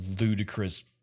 ludicrous